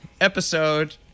episode